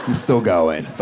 still going, but.